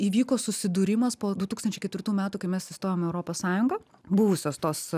įvyko susidūrimas po du tūkstančiai ketvirtų metų kai mes įstojom į europos sąjungą buvusios tos